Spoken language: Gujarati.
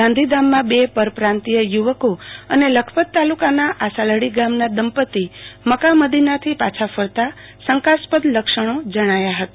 ગાંધીધામમાં બે પરપ્રાંતિય યુવકો અને લખપત તાલુકાના આશાલડી ગામ ના દંપતિ મકકા મદિનાથી પાછા ફરતાં શંકાસ્પદ લક્ષણો જણાંયા હતા